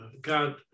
God